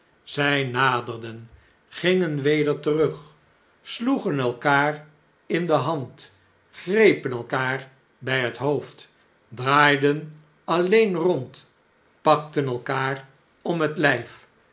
zjj naderden gingen weder terug sloegen elkaar in de hand grepen elkaar bij het hoofd draaiden alleen rond pakten elkaar om het ljjf